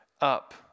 up